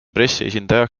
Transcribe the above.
pressiesindaja